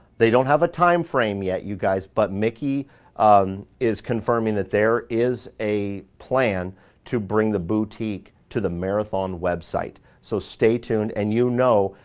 they don't have a timeframe yet, you guys, but miki um is confirming that there is a plan to bring the boutique to the marathon website. so stay tuned. and you know,